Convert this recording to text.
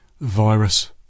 Virus